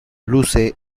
luce